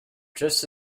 just